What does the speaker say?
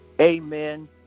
Amen